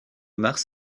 mars